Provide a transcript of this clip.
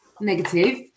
negative